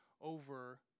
over